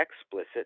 explicit